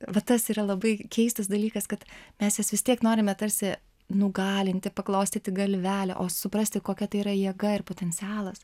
va tas yra labai keistas dalykas kad mes jas vis tiek norime tarsi nugalinti paglostyti galvelę o suprasti kokia tai yra jėga ir potencialas